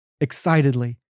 Excitedly